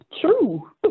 true